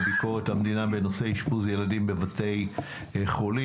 ביקורת המדינה בנושא אשפוז ילדים בבתי חולים.